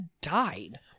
died